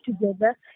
together